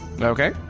Okay